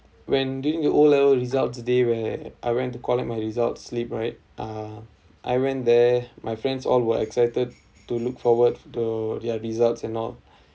when during the O level result the day where I went to collect my result slip right uh I went there my friends all were excited to look forward the their results and all